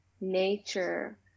nature